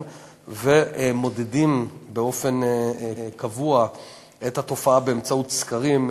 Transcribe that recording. ומודדים באופן קבוע את התופעה באמצעות סקרים,